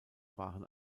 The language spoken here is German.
waren